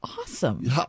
awesome